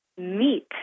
meet